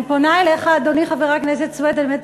אני פונה אליך, אדוני, חבר הכנסת סוייד: